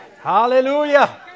Hallelujah